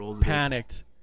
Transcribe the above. panicked